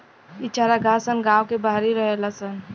इ चारागाह सन गांव के बाहरी रहेला सन